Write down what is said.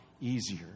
easier